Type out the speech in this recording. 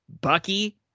Bucky